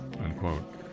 unquote